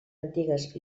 antigues